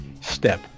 step